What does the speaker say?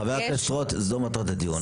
חבר הכנסת רוט, זו מטרת הדיון.